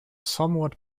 somewhat